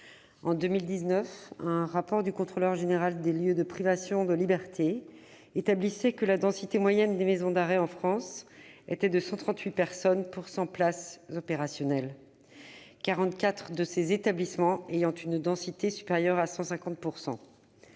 En 2019, un rapport du Contrôleur général des lieux de privation de liberté établissait que la densité moyenne des maisons d'arrêt en France était de 138 personnes pour 100 places opérationnelles, quarante-quatre de ces établissements ayant une densité supérieure à 150 %.